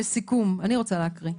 לסיכום, אני רוצה להקריא: